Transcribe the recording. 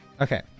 okay